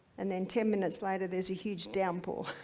and then ten minutes later there's a huge downpour,